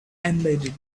embedded